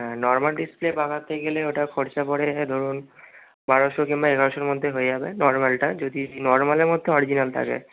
হ্যাঁ normal display লাগাতে গেলে ওটা খরচা পড়ে যায় ধরুন বারোশো কিংবা এগারোশোর মধ্যে হয়ে যাবে নর্মালটা যদি নর্মালের মধ্যে অরিজিনাল থাকে